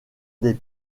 des